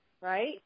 right